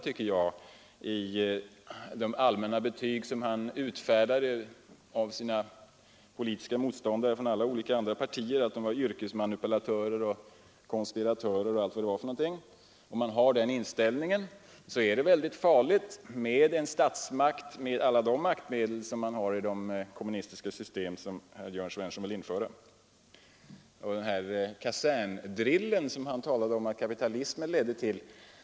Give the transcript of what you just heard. Han utfärdade ju betyg åt sina politiska motståndare från alla andra partier att de var yrkesmanipulatörer, konspiratörer och allt vad det var för någonting. Om man har den inställningen måste det vara ytterst farligt med en statsmakt med alla de maktmedel som den har i det kommunistiska system som herr Jörn Svensson vill införa. Herr Svensson talade också om att kapitalismen leder till kaserndrill.